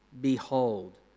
Behold